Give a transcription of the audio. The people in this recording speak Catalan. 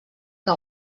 que